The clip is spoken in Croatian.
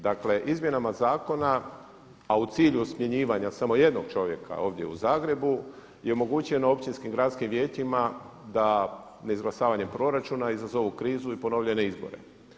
Dakle izmjenama zakona a u cilju smjenjivanja samo jednog čovjeka ovdje u Zagrebu i omogućeno općinskim gradskim vijećima da neizglasavanjem proračuna izazovu krizu i ponovljene izbore.